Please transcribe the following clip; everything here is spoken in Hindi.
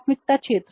प्राथमिकता क्षेत्र